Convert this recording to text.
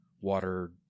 water